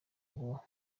ngo